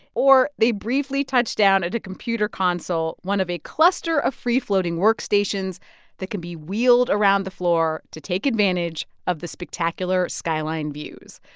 or, they briefly touch down at a computer console, one of a cluster of free-floating work stations that can be wheeled around the floor to take advantage of the spectacular skyline views.